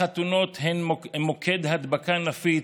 החתונות הן מוקד הדבקה נפיץ.